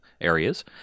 areas